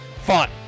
fun